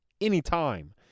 anytime